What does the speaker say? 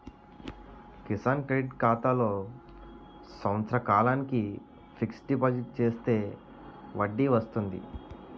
Kisan credit ఖాతాలో సంవత్సర కాలానికి ఫిక్స్ డిపాజిట్ చేస్తే వడ్డీ వస్తుంది